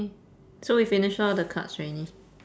so we finished all the cards already